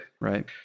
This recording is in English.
Right